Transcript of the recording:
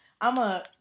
I'ma